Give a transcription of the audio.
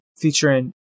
featuring